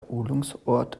erholungsort